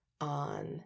on